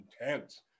intense